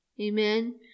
Amen